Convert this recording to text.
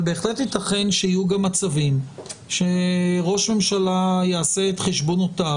אבל בהחלט ייתכן שיהיו גם מצבים שראש ממשלה יעשה את חשבונותיו